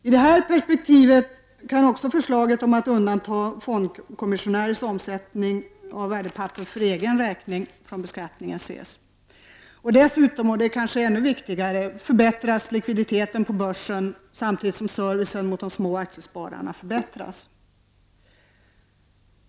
I detta perspektiv kan även förslaget om att fondkommissionärernas omsättning på värdepapper för egen räkning skall undantas från beskattning ses. Dessutom, vilket kanske är ännu viktigare, förbättras likviditeten på börsen samtidigt som servicen till de små aktiespararna förbättras.